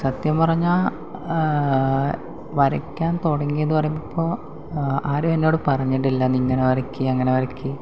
സത്യം പറഞ്ഞാൽ വരയ്ക്കാൻ തുടങ്ങിയത് പറയുമ്പോൾ ആരും എന്നോട് പറഞ്ഞിട്ടില്ല നീ ഇങ്ങനെ വരയ്ക്ക് അങ്ങനെ വരയ്ക്ക്